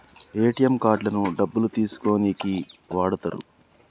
ATM కార్డులను డబ్బులు తీసుకోనీకి వాడతరు